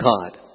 God